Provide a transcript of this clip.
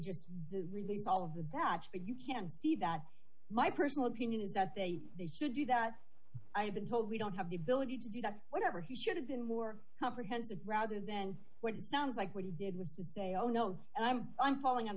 just release all of the batch but you can see that my personal opinion is that they should do that i've been told we don't have the ability to do that whatever he should have been more comprehensive rather then what it sounds like what he did was to say oh no i'm i'm falling on